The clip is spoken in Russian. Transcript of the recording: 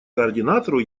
координатору